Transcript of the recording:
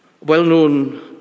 Well-known